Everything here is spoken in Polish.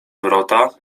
wrota